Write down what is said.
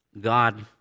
God